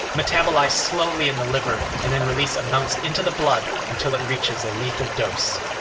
metabolize slowly in the liver, and then release amounts into the blood until it reaches a lethal dose.